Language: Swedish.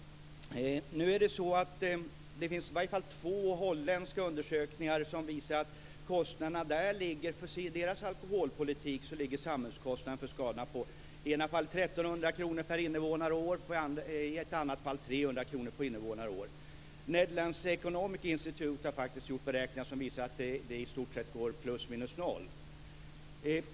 Det finns åtminstone två holländska undersökningar som visar att deras samhällskostnader för alkoholskador ligger på i det ena fallet 1 300 kr per invånare och år och i det andra fallet 300 kr per invånare och år. Netherlands Economic Institute har faktiskt gjort beräkningar som visar att det i stort sett går plus minus noll.